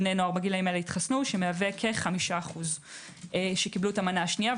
בני נוער בגילאים אלה התחסנו שמהווה כ-5% שקיבלו את המנה השנייה.